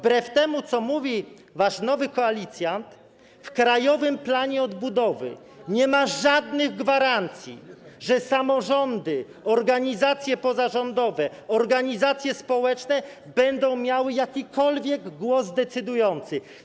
Wbrew temu, co mówi wasz nowy koalicjant, w Krajowym Planie Odbudowy nie ma żadnych gwarancji, że samorządy, organizacje pozarządowe, organizacje społeczne będą miały jakikolwiek głos decydujący.